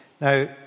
Now